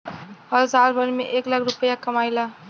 हम साल भर में एक लाख रूपया कमाई ला